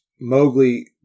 Mowgli